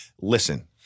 Listen